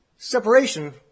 Separation